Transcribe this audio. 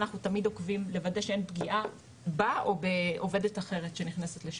אנחנו תמיד עוקבים כדי לוודא שאין פגיעה בה או בעובדת אחרת שנכנסת לשם.